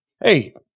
hey